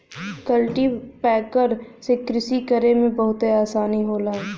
cultipacker से कृषि करे में बहुते आसानी होला